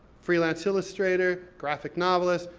freelance illustrator, graphic novelist,